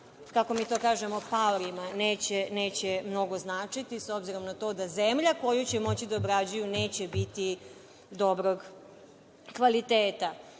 kako mi to kažemo paorima, neće mnogo značiti s obzirom na to da zemlja koju će moći da obrađuju neće biti dobrog kvaliteta. Kada